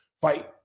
Fight